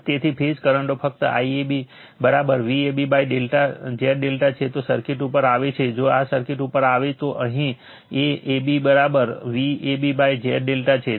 તેથી ફેઝ કરંટો ફક્ત IAB VabZ∆ છે જો સર્કિટ ઉપર આવે છે જો આ સર્કિટ ઉપર આવે તો અહીં A AB VabZ ∆ છે